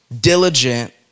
diligent